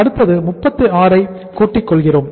அடுத்தது 36 ஐ கூட்டி கொள்கிறோம்